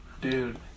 Dude